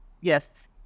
yes